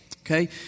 okay